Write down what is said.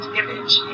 image